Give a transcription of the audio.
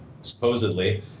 supposedly